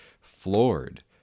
floored